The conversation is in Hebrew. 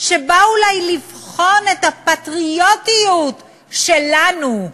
שבא אולי לבחון את הפטריוטיות שלנו.